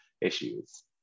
issues